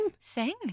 Sing